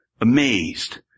amazed